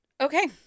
Okay